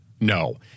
No